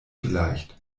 vielleicht